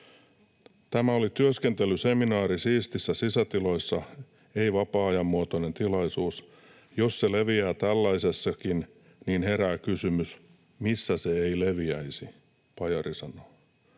’Tämä oli työskentelyseminaari siisteissä sisätiloissa, ei vapaa-ajan vapaamuotoinen tilaisuus. Jos se leviää tällaisessakin, niin herää kysymys, missä se ei leviäisi’, Pajari sanoo.